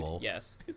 yes